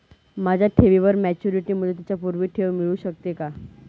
माझ्या ठेवीवर मॅच्युरिटी मुदतीच्या पूर्वी ठेव मिळू शकते का?